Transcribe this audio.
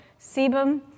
sebum